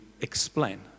explain